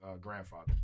grandfather